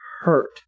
hurt